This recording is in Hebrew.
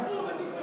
אתם תטנפו ותתמכו